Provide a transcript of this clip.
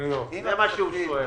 זה מה שהוא שואל.